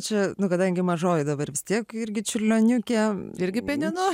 čia nu kadangi mažoji dabar vis tiek irgi čiurlioniukė irgi bene nuo